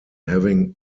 having